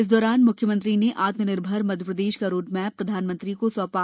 इस दौरान मुख्यमंत्री ने आत्मनिर्भर मध्यप्रदेश का रोडमैप प्रधानमंत्री को सौंपा